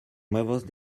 nuevos